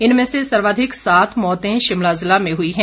इनमें से सर्वाधिक सात मौतें शिमला जिले में हुई हैं